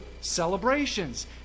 celebrations